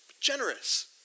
generous